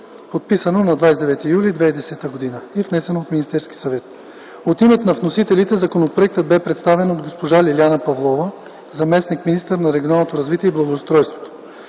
подписано на 29 юли 2010 г., внесен от Министерския съвет. От името на вносителите законопроектът бе представен от госпожа Лиляна Павлова – заместник-министър на регионалното развитие и благоустройството.